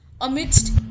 amidst